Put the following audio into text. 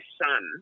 son